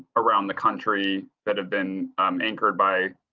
around the country that have been um anchored by.